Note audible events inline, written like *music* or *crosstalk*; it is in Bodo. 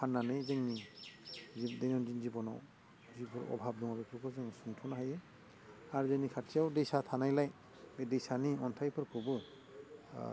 फान्नानै जोंनि *unintelligible* जिबनाव जि अभाब दङो बेफोरखौ जोङो सुंथ'नो हायो आरो जोंनि खाथियाव दैसा थानायलाय बे दैसानि अन्थाइफोरखौबो